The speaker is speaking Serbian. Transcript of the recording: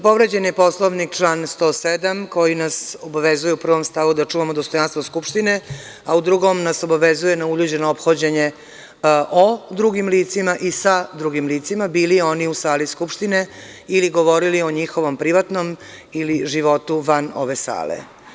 Povređen je član 107. koji nas obavezuje u prvom stavu da čuvamo dostojanstvo Skupštine, a u drugom nas obavezuje na uljudno obraćanje o drugim licima i sa drugim licima, bili oni u sali Skupštine ili govorili o njihovom privatnom ili životu van ove sale.